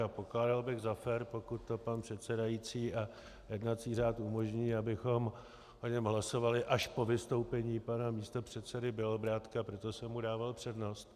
A pokládal bych za fér, pokud to pan předsedající a jednací řád umožní, abychom o něm hlasovali až po vystoupení pana místopředsedy Bělobrádka, proto jsem mu dával přednost.